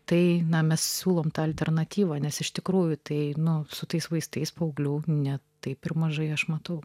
tai na mes siūlome tą alternatyvą nes iš tikrųjų tai nors su tais vaistais paauglių ne taip ir mažai aš matau